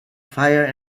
fire